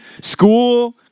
School